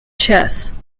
chess